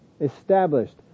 established